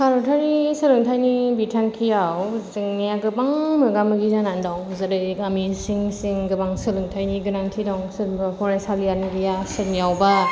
भारतारि सोलोंथाइनि बिथांखियाव जेंनाया गोबां मोगा मोगि जानानै दं जेरै गामि सिं सिं गोबां सोलोंथाइनि गोनांथि दं सोरबा फरायसालियानो गैया सोरनियावबा